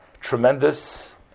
tremendous